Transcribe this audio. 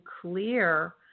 clear